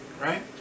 Right